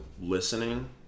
listening